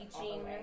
teaching